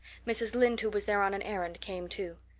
mrs. lynde, who was there on an errand, came too.